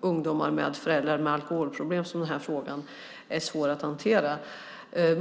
ungdomar med föräldrar med alkoholproblem som den här frågan är svår att hantera.